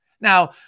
Now